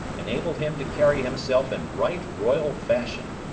enabled him to carry himself in right royal fashion.